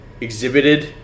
exhibited